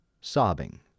sobbing